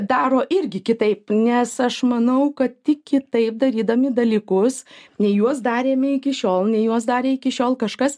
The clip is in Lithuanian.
daro irgi kitaip nes aš manau tik kitaip darydami dalykus nei juos darėme iki šiol nei juos darė iki šiol kažkas